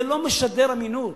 זה לא משדר אמינות,